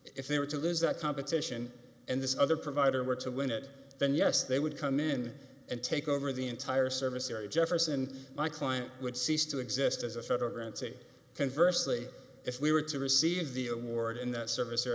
if they were to lose that competition and this other provider were to win it then yes they would come in and take over the entire service area jefferson my client would cease to exist as a federal grants converse lee if we were to receive the award in that service or